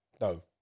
No